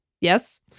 Yes